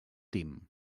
team